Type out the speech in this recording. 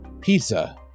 Pizza